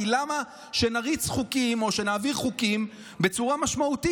כי למה שנריץ חוקים או שנעביר חוקים בצורה משמעותית,